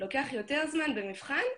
לוקח יותר זמן במבחן,